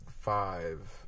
five